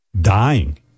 dying